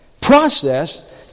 process